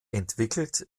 entwickelt